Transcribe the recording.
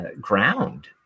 ground